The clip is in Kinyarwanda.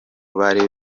bari